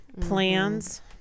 plans